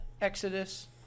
Exodus